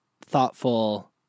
thoughtful